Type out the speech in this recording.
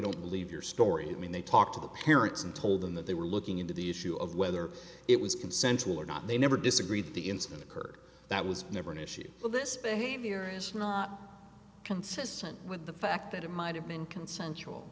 don't believe your story i mean they talked to the parents and told them that they were looking into the issue of whether it was consensual or not they never disagreed the incident occurred that was never an issue of this behavior is not consistent with the fact that it might have been consensual